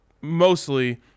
mostly